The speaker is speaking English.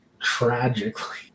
tragically